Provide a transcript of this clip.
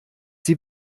sie